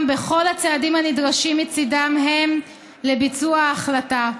בכל הצעדים הנדרשים מצידם הם לביצוע ההחלטה.